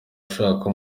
ashaka